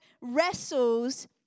wrestles